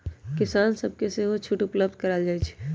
किसान सभके सेहो छुट उपलब्ध करायल जाइ छइ